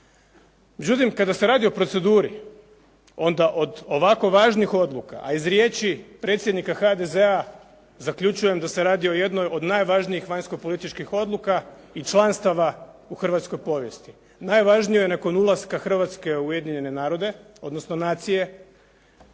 Međutim, kada se radi o proceduri, onda od ovako važnih odluka, a iz riječi predsjednika HDZ-a zaključujem da se radi o jednoj od najvažnijih vanjsko-političkih odluka i članstava u hrvatskoj povijesti, najvažnijoj nakon ulaska Hrvatske u Ujedinjene narode, odnosno nacije.